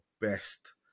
best